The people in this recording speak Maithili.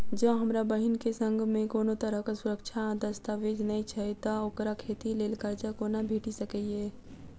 जँ हमरा बहीन केँ सङ्ग मेँ कोनो तरहक सुरक्षा आ दस्तावेज नै छै तऽ ओकरा खेती लेल करजा कोना भेटि सकैये?